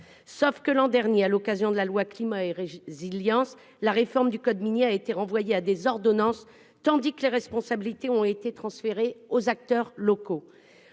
Or, l'an dernier, à l'occasion de l'examen de la loi Climat et résilience, la réforme du code minier a été renvoyée à des ordonnances, tandis que les responsabilités ont été transférées aux acteurs locaux.